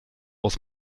aus